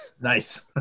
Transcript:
Nice